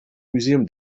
museum